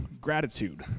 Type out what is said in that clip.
gratitude